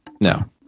No